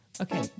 Okay